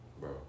Bro